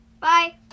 Bye